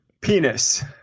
Penis